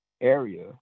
area